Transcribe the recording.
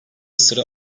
sıra